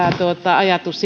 ajatus